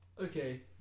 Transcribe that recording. Okay